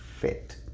fit